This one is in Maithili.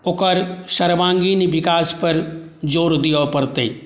ओकर सर्वाङ्गीण विकासपर जोर दिअ पड़तै